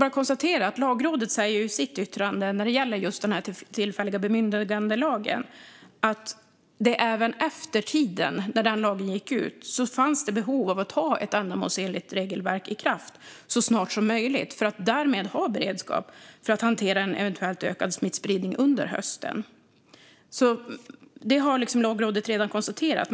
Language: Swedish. Jag konstaterar också att Lagrådet i sitt yttrande när det gäller just den tillfälliga bemyndigandelagen konstaterar att det även efter den tid då denna lag gick ut fanns behov av att ha ett ändamålsenligt regelverk i kraft så snart som möjligt för att därmed ha beredskap att hantera en eventuellt ökad smittspridning under hösten. Det har Lagrådet alltså redan konstaterat.